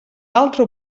altra